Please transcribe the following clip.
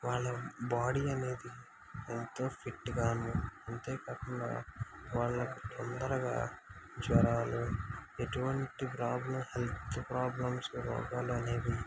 వాళ్ళ బాడీ అనేది ఎంతో ఫిట్గాను అంతేకాకుండా వాళ్ళకు తొందరగా జ్వరాలు ఎటువంటి ప్రాబ్లమ్స్ హెల్త్ ప్రాబ్లమ్స్ రోగాలు అనేవి